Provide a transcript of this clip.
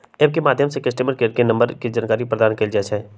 app के माध्यम से कस्टमर केयर नंबर के जानकारी प्रदान कएल जाइ छइ